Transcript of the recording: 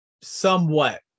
Somewhat